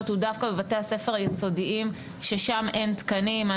הוא דווקא בבתי הספר היסודיים ששם אין תקנים,